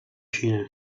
xina